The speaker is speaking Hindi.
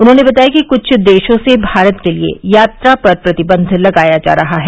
उन्होंने बताया कि क्छ देशों से भारत के लिए यात्रा पर प्रतिबंध लगाया जा रहा है